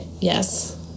Yes